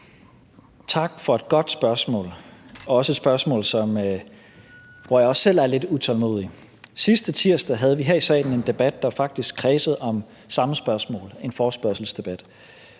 Tak for et godt spørgsmål, og et spørgsmål, hvor jeg også selv er lidt utålmodig. Sidste tirsdag havde vi her i salen en debat, der faktisk kredsede om samme spørgsmål – det var en forespørgselsdebat.